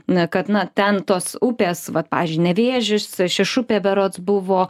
na kad na ten tos upės vat pavyzdžiui nevėžis šešupė berods buvo